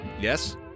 Yes